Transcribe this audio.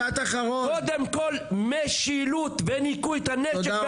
קודם כל משילות וניקוי הנשק,